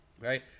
Right